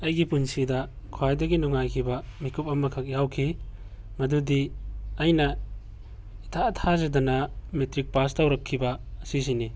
ꯑꯩꯒꯤ ꯄꯨꯟꯁꯤꯗ ꯈ꯭ꯋꯥꯏꯗꯒꯤ ꯅꯨꯉꯥꯏꯈꯤꯕ ꯃꯤꯀꯨꯞ ꯑꯃꯈꯛ ꯌꯥꯎꯈꯤ ꯃꯗꯨꯗꯤ ꯑꯩꯅ ꯏꯊꯥ ꯊꯥꯖꯗꯅ ꯃꯦꯇ꯭ꯔꯤꯛ ꯄꯥꯁ ꯇꯧꯔꯛꯈꯤꯕ ꯑꯁꯤꯁꯤꯅꯤ